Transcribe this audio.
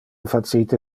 facite